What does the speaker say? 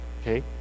okay